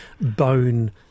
bone